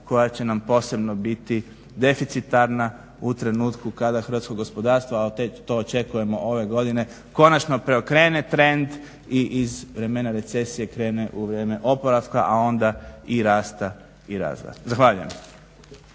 koja će nam posebno biti deficitarna u trenutku kada hrvatsko gospodarstvo, a to očekujemo ove godine, konačno preokrene trend i iz vremena recesije krene u vrijeme oporavka, a onda i rasta i razvoja. Zahvaljujem.